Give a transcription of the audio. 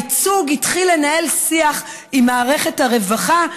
הייצוג התחיל לנהל שיח עם מערכת הרווחה,